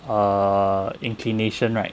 err inclination right